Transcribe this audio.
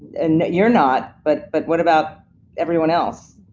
and you're not, but but what about everyone else?